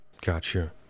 Gotcha